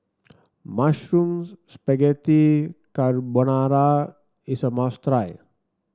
Mushroom Spaghetti Carbonara is a must try